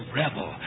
rebel